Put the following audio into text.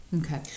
Okay